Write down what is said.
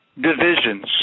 divisions